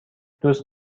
دوست